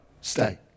stay